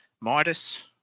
Midas